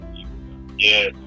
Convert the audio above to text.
Yes